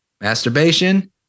Masturbation